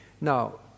now